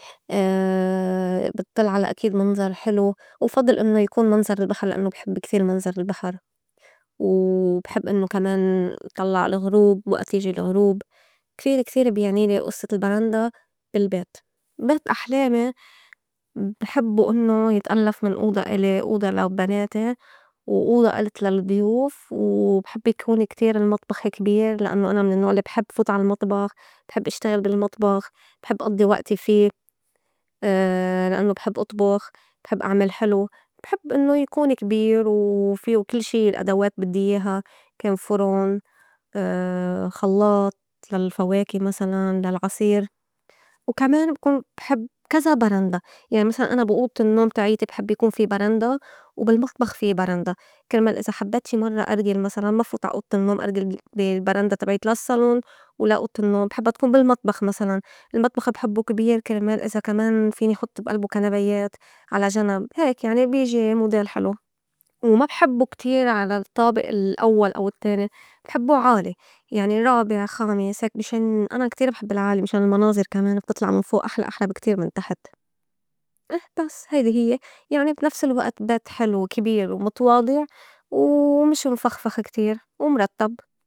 بتطُّل على أكيد منظر حلو وبفضّل إنّو يكون منظر البحر لإنّو بحب كتير منظر البحر، و وبحب إنّو كمان طلّع الغروب وئت يجي الغروب كتير- كتير بيعنيلي أصّة البرندا بالبيت. بيت أحلامي بحبّو إنّو يتألّف من أوضى إلي وأوضى لبناتي وأوضى ألت للضيوف، و بحب يكون كتير المطبخ كبير لأنّو أنا من النّوع الّي بحب فوت عالمطبخ بحب إشتغل بالمطبخ، بحب أضّي وئتي في لأنّو بحب أطبُخ، بحب أعمل حلو، بحب إنّو يكون كبير، و فيو كل شي الأدوات بدّي ياها كا فُرُن، خلّاط للفواكة مسلاً للعصير، وكمان بيكون بحب كزا برندا يعني مسلاً أنا بي أوضة النّوم تعيتي بحب يكون في برندا وبالمطبخ في برندا كرمال إذا حبّيت شي مرّة أرغل مسلاً ما فوت عا أوضة النّوم أرغل بالبرندا تبعيت لا الصّالون ولا اوضة النّوم بحبّا تكون بالمطبخ مسلاً المطبخ بحبّو كتير كرمال إذا كمان فيني حط بي ألبو كنبايات على جنب هيك يعني بيجي موديل حلو وما بحبّو كتير على الطّابئ الأوّل أو التّاني بحبّو عالي يعني رابع، خامس، هيك مشان أنا كتير بحب العالي مشان المناظر كمان بتطلع من فوء أحلى- أحلى بي كتير من تحت أي بس هيدي هيّ يعني بي نفس الوئت بيت حلو وكبير ومتواضع و ومش مفخفخ كتير ومرتّب.